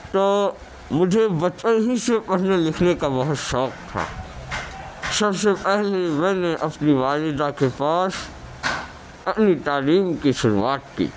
تو مجھے بچپن ہی سے پڑھنے لکھنے کا بہت شوق تھا سب سے پہلے میں نے اپنی والدہ کے پاس اپنی تعلیم کی شروعات کی